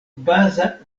baza